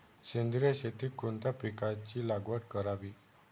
सेंद्रिय शेतीत कोणत्या पिकाची लागवड करावी?